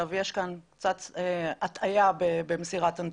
יש כאן קצת הטעיה במסירת הנתונים.